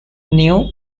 new